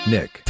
Nick